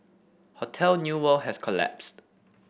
Hotel New World has collapsed